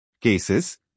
Cases